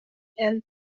and